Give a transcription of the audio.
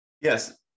Yes